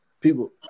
people